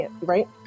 right